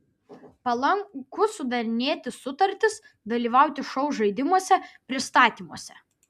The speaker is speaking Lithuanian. palanku sudarinėti sutartis dalyvauti šou žaidimuose pristatymuose